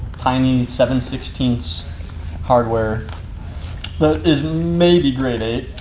tiny seven sixteen ths hardware that is maybe grade eight.